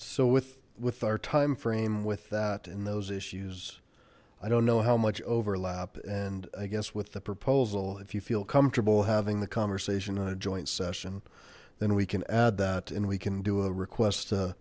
so with with our time frame with that and those issues i don't know how much overlap and i guess with the proposal if you feel comfortable having the conversation on a joint session then we can add that and we can do a request